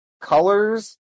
colors